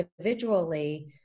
individually